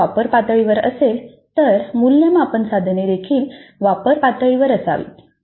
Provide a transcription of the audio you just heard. जर सीओ वापर पातळीवर असेल तर मूल्यमापन साधने देखील वापर पातळीवर असावा